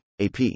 AP